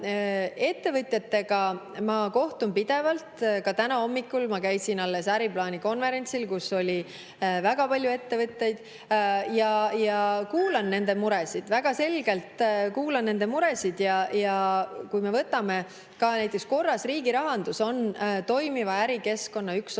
Ettevõtjatega ma kohtun pidevalt – ka täna hommikul käisin Äriplaani konverentsil, kus oli väga palju ettevõtteid – ja kuulan nende muresid. Väga selgelt kuulan nende muresid. Ka näiteks korras riigirahandus on toimiva ärikeskkonna üks osa.